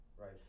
right